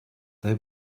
they